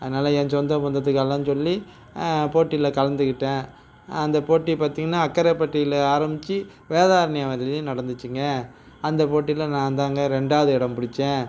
அதனால் என் சொந்த பந்தத்துக்கெல்லாம் சொல்லி போட்டியில கலந்துக்கிட்டேன் அந்த போட்டி பார்த்தீங்கன்னா அக்கரைப்பட்டியில் ஆரம்பிச்சு வேதாரண்யம் வரையிலையும் நடந்துச்சிங்கள் அந்தப் போட்டியில நான் தாங்க ரெண்டாவது இடம் பிடிச்சேன்